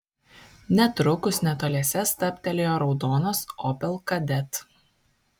netrukus netoliese stabtelėjo raudonas opel kadett